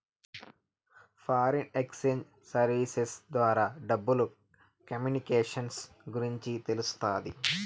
foreign exchange services ద్వారా డబ్బులు communications గురించి తెలుస్తాది